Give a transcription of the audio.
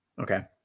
Okay